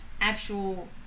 actual